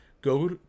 go